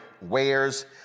wears